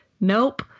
nope